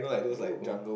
oh